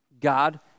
God